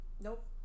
nope